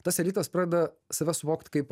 tas elitas pradeda save suvokt kaip